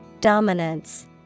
Dominance